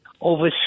over